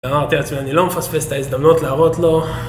אמרתי לעצמי אני לא מפספס את ההזדמנות להראות לו